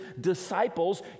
disciples